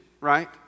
right